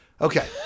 Okay